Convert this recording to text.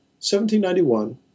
1791